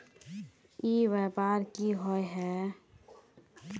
ई व्यापार की होय है?